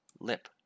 Lip